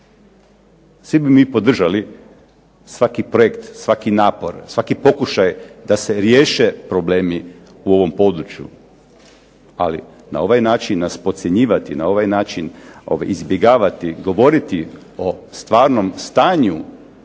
Svi bi mi podržali svaki projekt, svaki napor, svaki pokušaj da se riješe problemi u ovom području, ali na ovaj način nas podcjenjivati, na ovaj način izbjegavati govoriti o stvarnom stanju